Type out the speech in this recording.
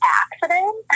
accident